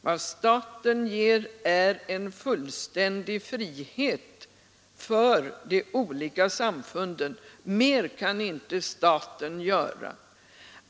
Vad staten ger är en fullständig frihet för de olika samfunden. Mer kan inte staten göra.